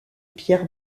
pierre